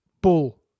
bull